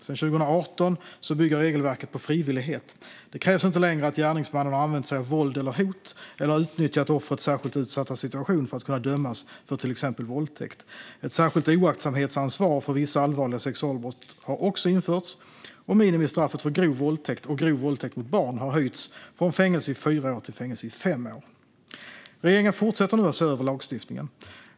Sedan 2018 bygger regelverket på frivillighet. Det krävs inte längre att gärningsmannen har använt sig av våld eller hot eller utnyttjat offrets särskilt utsatta situation för att kunna dömas för till exempel våldtäkt. Ett särskilt oaktsamhetsansvar för vissa allvarliga sexualbrott har också införts, och minimistraffet för grov våldtäkt och grov våldtäkt mot barn har höjts från fängelse i fyra år till fängelse i fem år. Regeringen fortsätter nu att se över lagstiftningen.